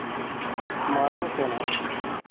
ᱢᱟᱲᱟᱝ ᱛᱮᱱᱟᱜ